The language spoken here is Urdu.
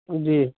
جی